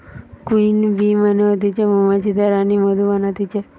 queen bee মানে হতিছে মৌমাছিদের রানী মধু বানাতিছে